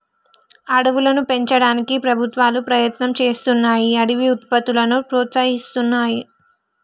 అడవులను పెంచడానికి ప్రభుత్వాలు ప్రయత్నం చేస్తున్నాయ్ అడవి ఉత్పత్తులను ప్రోత్సహిస్తున్నాయి